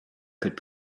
could